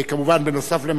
נוסף על מג'אדלה,